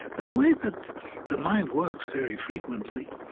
the way that the mind works, very frequently,